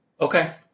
Okay